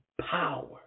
power